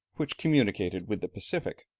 which communicated with the pacific,